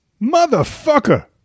Motherfucker